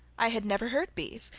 i had never heard bees,